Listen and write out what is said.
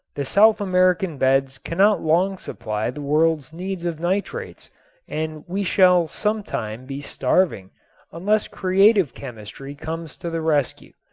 the south american beds cannot long supply the world's need of nitrates and we shall some time be starving unless creative chemistry comes to the rescue.